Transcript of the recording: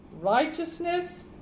righteousness